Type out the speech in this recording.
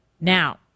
Now